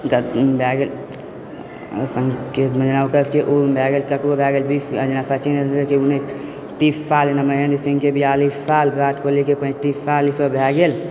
भए गेल जेना ओकर सबके उम्र भए गेल ककरो भए गेल बीस जेना सचिन उन्नैस तीस सालमे महेन्द्र सिंहके बियालिस साल विराट कोहलीके पैन्तीस साल ई सब भए गेल